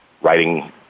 writing